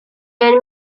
and